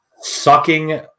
Sucking